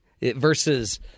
versus